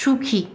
সুখী